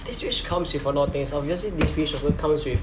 this wish comes with a lot of things obviously wish also comes with